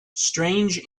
strange